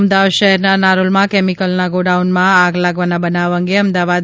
અમદાવાદ શહેરના નારોલમાં કેમિકલના ગોડાઉનમાં આગ લાગવાના બનાવ અંગે અમદાવાદ